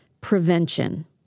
prevention